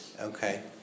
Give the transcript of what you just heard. Okay